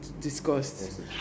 discussed